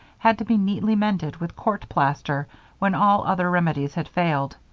had to be neatly mended with court-plaster when all other remedies had failed,